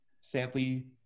Sadly